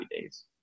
days